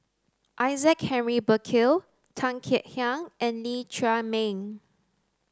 Isaac Henry Burkill Tan Kek Hiang and Lee Chiaw Meng